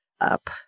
up